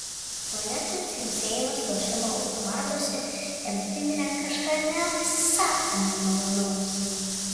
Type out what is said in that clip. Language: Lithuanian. monetų dzingsėjimas lošimo automatuose jam priminė kažką neapsakomai malonaus